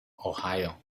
ohio